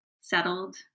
settled